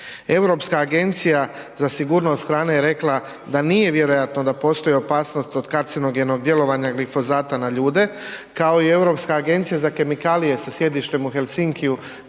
Europska agencija za sigurnost hrane je rekla da nije vjerojatno da postoji opasnost od karcenogenog djelovanja glifozata na ljude kao i Europska agencija za kemikalije sa sjedištem u Helsinki-ju